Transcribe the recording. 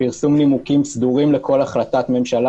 פרסום נימוקים סדורים לכל החלטת ממשלה